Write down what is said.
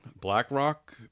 BlackRock